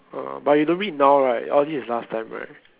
uh but you don't read now right all these is last time right